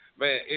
man